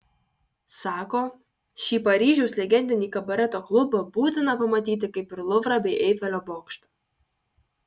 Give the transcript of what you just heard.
sako šį paryžiaus legendinį kabareto klubą būtina pamatyti kaip ir luvrą bei eifelio bokštą